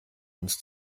uns